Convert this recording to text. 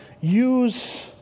use